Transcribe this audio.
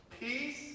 peace